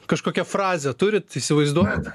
kažkokią frazę turit įsivaizduojat